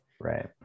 right